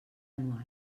anual